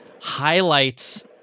highlights